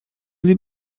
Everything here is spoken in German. sie